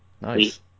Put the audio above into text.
nice